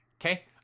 Okay